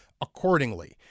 accordingly